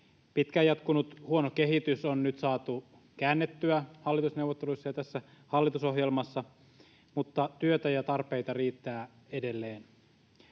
Pitkään jatkunut huono kehitys on nyt saatu käännettyä hallitusneuvotteluissa ja tässä hallitusohjelmassa, mutta työtä ja tarpeita riittää edelleen.